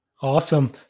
Awesome